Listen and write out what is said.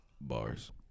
Bars